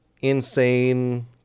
insane